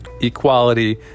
equality